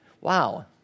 wow